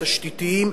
התשתיתיים,